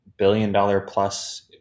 billion-dollar-plus